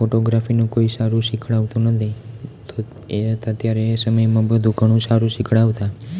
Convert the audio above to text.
ફોટોગ્રાફીનું કોઈ સારું શિખવાડતું નથી તો એ હતા ત્યારે એ સમયમાં બધું ઘણું સારું શીખવાડતા